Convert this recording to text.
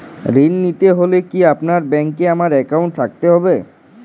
ঋণ নিতে হলে কি আপনার ব্যাংক এ আমার অ্যাকাউন্ট থাকতে হবে?